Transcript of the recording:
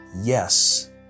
yes